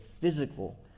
physical